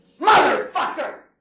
Motherfucker